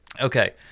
Okay